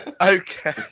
okay